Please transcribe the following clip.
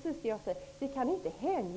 Man kan inte säga en